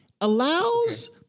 allows